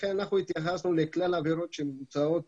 לכן אנחנו התייחסנו לכלל העבירות שמבוצעות